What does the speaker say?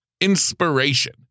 inspiration